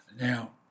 Now